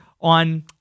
on